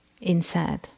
inside